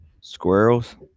Squirrels